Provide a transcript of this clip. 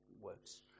works